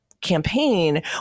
campaign